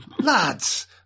lads